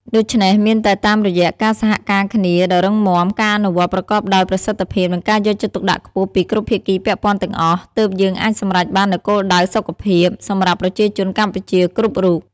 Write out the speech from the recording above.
ដូច្នេះមានតែតាមរយៈការសហការគ្នាដ៏រឹងមាំ ការអនុវត្តប្រកបដោយប្រសិទ្ធភាព និងការយកចិត្តទុកដាក់ខ្ពស់ពីគ្រប់ភាគីពាក់ព័ន្ធទាំងអស់ ទើបយើងអាចសម្រេចបាននូវគោលដៅសុខភាពសម្រាប់ប្រជាជនកម្ពុជាគ្រប់រូប។